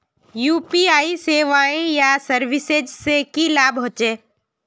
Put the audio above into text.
UPI सेवाएँ या services से की लाभ होचे?